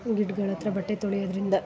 ಗಿಡ್ಗಳ ಹತ್ರ ಬಟ್ಟೆ ತೊಳಿಯೋದರಿಂದ